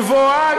גבוהה,